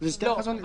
כן.